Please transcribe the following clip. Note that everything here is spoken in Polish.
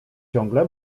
ciągle